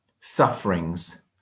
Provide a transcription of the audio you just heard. sufferings